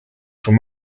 schon